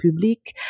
Public